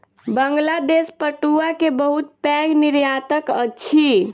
बांग्लादेश पटुआ के बहुत पैघ निर्यातक अछि